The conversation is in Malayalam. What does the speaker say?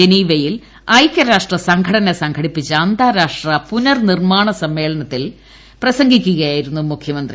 ജനീവയിൽ ഐകൃരാഷ്ട്ര സംഘടന സംഘടിപ്പിച്ച അന്താരാഷ്ട്ര പുനർനിർമാണ സമ്മേളനത്തിൽ പ്രസംഗിക്കുകയായിരുന്നു മുഖ്യമന്ത്രി